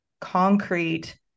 concrete